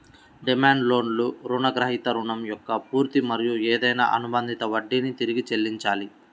demand లోన్లో రుణగ్రహీత రుణం యొక్క పూర్తి మరియు ఏదైనా అనుబంధిత వడ్డీని తిరిగి చెల్లించాలి